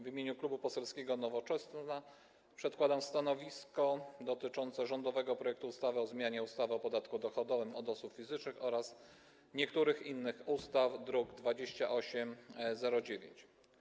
W imieniu Klubu Poselskiego Nowoczesna przedkładam stanowisko dotyczące rządowego projektu ustawy o zmianie ustawy o podatku dochodowym od osób fizycznych oraz niektórych innych ustaw, druk nr 2809.